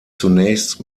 zunächst